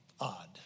odd